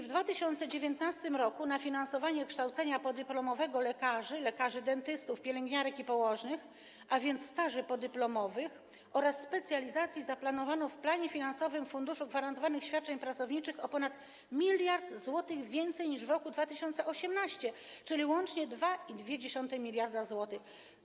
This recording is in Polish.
W 2019 r. na finansowanie kształcenia podyplomowego lekarzy, lekarzy dentystów, pielęgniarek i położnych, a więc staży podyplomowych, oraz specjalizacji zaplanowano w planie finansowym Funduszu Gwarantowanych Świadczeń Pracowniczych o ponad 1 mld zł więcej niż w roku 2018, czyli łącznie 2,2 mld zł.